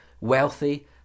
wealthy